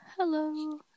Hello